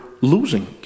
losing